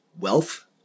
wealth